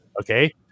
Okay